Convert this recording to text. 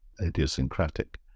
idiosyncratic